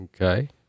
Okay